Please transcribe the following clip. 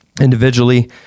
Individually